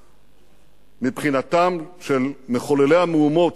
אני חייב להגיד שמבחינתם של מחוללי המהומות,